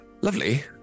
lovely